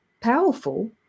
powerful